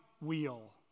wheel